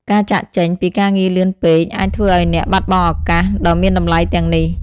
ការចាកចេញ ពីការងារលឿនពេកអាចធ្វើឲ្យអ្នក បាត់បង់ឱកាស ដ៏មានតម្លៃទាំងនេះ។